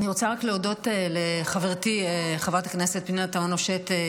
אני רוצה רק להודות לחברתי חברת הכנסת פנינה תמנו שטה,